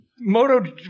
moto